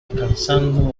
alcanzando